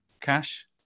Cash